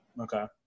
Okay